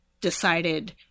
decided